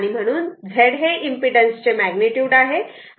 म्हणून Z हे इम्पीडन्सचे मॅग्निट्युड आहे